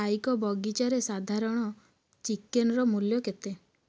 ପାଇକ ବଗିଚାରେ ସାଧାରଣ ଚିକେନ୍ର ମୂଲ୍ୟ କେତେ